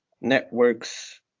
networks